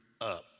up